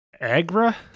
agra